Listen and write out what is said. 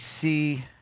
see